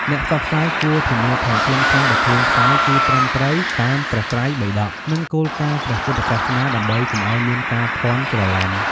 អ្នកផ្សព្វផ្សាយគួរធានាថាខ្លឹមសារដែលខ្លួនផ្សាយគឺត្រឹមត្រូវតាមព្រះត្រៃបិដក និងគោលការណ៍ព្រះពុទ្ធសាសនា ដើម្បីកុំឲ្យមានការភាន់ច្រឡំ។